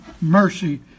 mercy